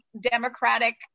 democratic